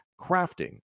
crafting